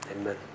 Amen